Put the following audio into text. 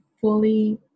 fully